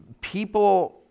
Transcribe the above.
people